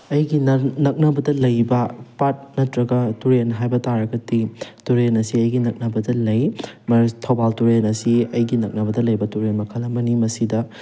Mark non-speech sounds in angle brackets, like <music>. ꯑꯩꯒꯤ ꯅꯛꯅꯕꯗ ꯂꯩꯕ ꯄꯥꯠ ꯅꯠꯇ꯭ꯔꯒ ꯇꯨꯔꯦꯜ ꯍꯥꯏꯕ ꯇꯥꯔꯒꯗꯤ ꯇꯨꯔꯦꯜ ꯑꯁꯤ ꯑꯩꯒꯤ ꯅꯛꯅꯕꯗ ꯂꯩ <unintelligible> ꯊꯧꯕꯥꯜ ꯇꯨꯔꯦꯜ ꯑꯁꯤ ꯑꯩꯒꯤ ꯅꯛꯅꯕꯗ ꯂꯩꯕ ꯇꯨꯔꯦꯜ ꯃꯈꯜ ꯑꯃꯅꯤ ꯃꯁꯤꯗ